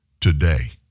today